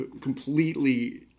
completely